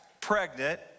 pregnant